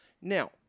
Now